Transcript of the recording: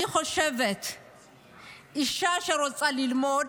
אני חושבת שאישה שרוצה ללמוד,